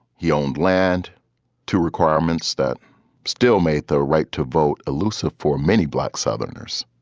he owned land to requirements that still made the right to vote elusive for many black southerners.